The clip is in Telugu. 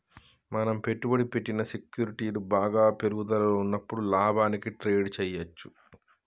మనం పెట్టుబడి పెట్టిన సెక్యూరిటీలు బాగా పెరుగుదలలో ఉన్నప్పుడు లాభానికి ట్రేడ్ చేయ్యచ్చు